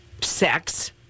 sex